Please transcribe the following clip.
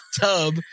tub